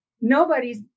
nobody's